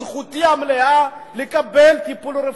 זכותי המלאה לקבל טיפול רפואי.